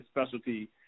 specialty